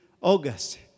August